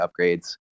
upgrades